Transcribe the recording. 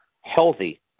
healthy